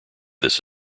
this